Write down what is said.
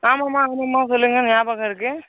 ஆமாம்மா ஆமாம்மா சொல்லுங்க ஞாபகம் இருக்குது